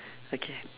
okay